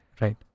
right